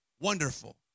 Wonderful